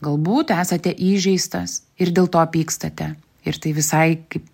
galbūt esate įžeistas ir dėl to pykstate ir tai visai kaip